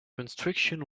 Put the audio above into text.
construction